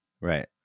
Right